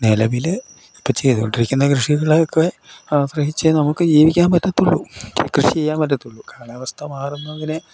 നിലവിൽ ഇപ്പ ചെയ്തു കൊണ്ടിരിക്കുന്ന കൃഷികളെ ഒക്കെ ആശ്രയിച്ചേ നമുക്ക് ജീവിക്കാമ്പറ്റത്തുള്ളു ഇപ്പം കൃഷി ചെയ്യാൻ പറ്റത്തുള്ളു കാലാവസ്ഥ മാറുന്നതിന്